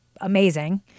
amazing